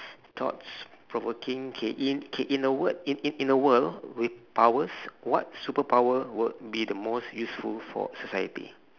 thoughts provoking K in K in the word in in the world with powers what superpower would be the most useful for society